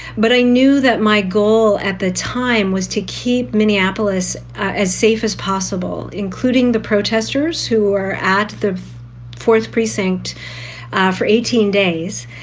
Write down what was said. but i knew that my goal at the time was to keep minneapolis as safe as possible, including the protesters who were at the fourth precinct ah for eighteen days,